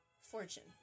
fortune